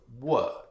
work